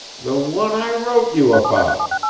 the one i wrote you about.